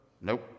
nope